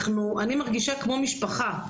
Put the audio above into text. אני מרגישה כמו משפחה,